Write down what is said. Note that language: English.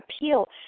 appeal